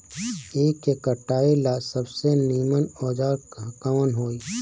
ईख के कटाई ला सबसे नीमन औजार कवन होई?